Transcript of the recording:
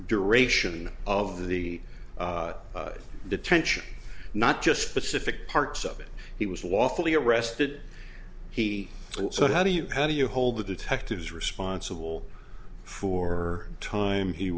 duration of the detention not just pacific parts of it he was lawfully arrested he so how do you how do you hold the detectives responsible for time he